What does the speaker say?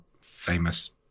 famous